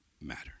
matter